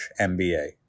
MBA